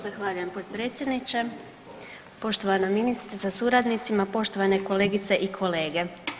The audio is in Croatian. Zahvaljujem potpredsjedniče, poštovana ministrice sa suradnicima, poštovane kolegice i kolege.